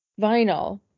vinyl